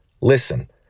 Listen